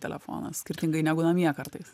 telefonas skirtingai negu namie kartais